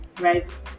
right